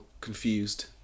confused